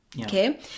okay